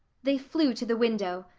they flew to the window.